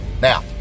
Now